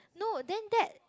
no then that